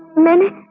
many